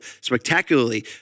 spectacularly